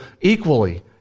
equally